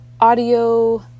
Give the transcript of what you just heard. audio